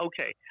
Okay